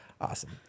Awesome